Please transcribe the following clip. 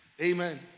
Amen